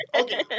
okay